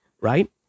right